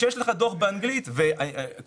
הדוח בסוף יהיה באנגלית וכל